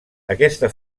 aquesta